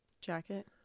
jacket